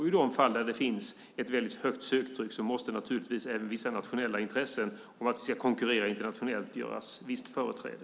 När det är ett högt söktryck måste naturligtvis vissa nationella intressen för att vi ska konkurrera internationellt få visst företräde.